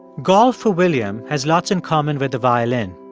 golf, for william, has lots in common with the violin.